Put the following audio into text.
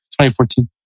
2014